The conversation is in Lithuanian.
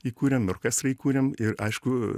įkūrėm ir orkestrą įkūrėm ir aišku